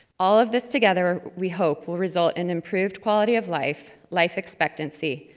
all of this together, we hope, will result in improved quality of life, life expectancy,